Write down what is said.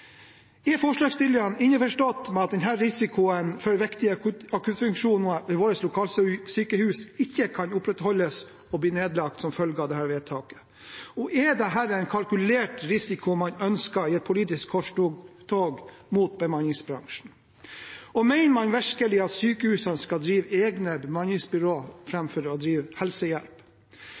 forslagsstillerne innforstått med denne risikoen for at viktige akuttfunksjoner ved våre lokalsykehus ikke kan opprettholdes og blir nedlagt som følge av dette vedtaket? Er dette en kalkulert risiko man ønsker i et politisk korstog mot bemanningsbransjen? Mener man virkelig at sykehusene skal drive egne bemanningsbyråer framfor å drive helsehjelp?